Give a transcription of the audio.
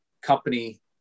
company